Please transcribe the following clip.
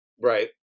Right